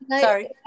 sorry